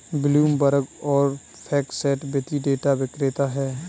Bloomberg और FactSet वित्तीय data विक्रेता हैं